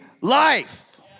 life